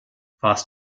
warst